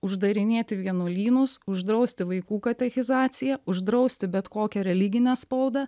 uždarinėti vienuolynus uždrausti vaikų katechizaciją uždrausti bet kokią religinę spaudą